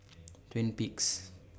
Twin Peaks